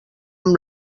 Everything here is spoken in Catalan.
amb